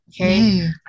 okay